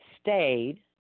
stayed